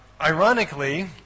Ironically